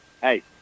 Hey